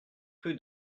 rue